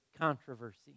controversy